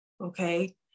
Okay